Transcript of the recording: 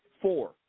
four